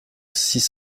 six